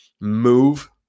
move